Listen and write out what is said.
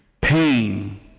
pain